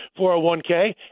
401K